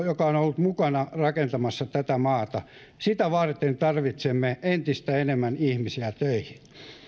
joka on ollut mukana rakentamassa tätä maata sitä varten tarvitsemme entistä enemmän ihmisiä töihin